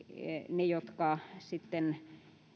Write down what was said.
ne jotka sitten